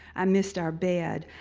i missed our bed,